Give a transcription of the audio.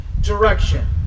direction